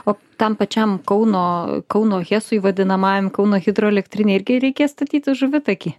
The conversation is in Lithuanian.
o tam pačiam kauno kauno hesui vadinamajam kauno hidroelektrinei irgi reikės statyti žuvitakį